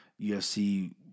UFC